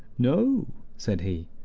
no, said he.